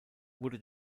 wurde